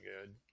good